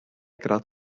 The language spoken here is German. grad